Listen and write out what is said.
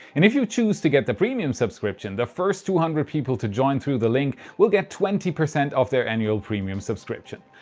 and if you choose to get the premium subscription, the first two hundred people to join through the link will get twenty percent off the annual premium subscription.